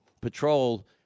patrol